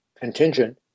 contingent